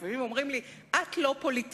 לפעמים אומרים לי: את לא פוליטיקאית,